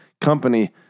company